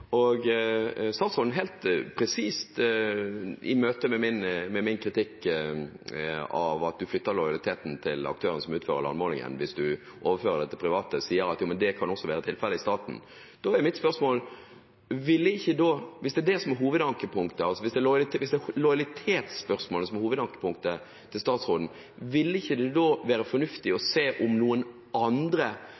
og statsråden helt presist, i møte med min kritikk av at man flytter lojaliteten til aktørene som utfører landmålingen hvis en overfører det til private, sier at det kan også være tilfellet i staten – da er mitt spørsmål: Hvis det er lojalitetsspørsmålet som er hovedankepunktet til statsråden, ville det ikke da være fornuftig å